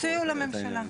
תציעו לממשלה.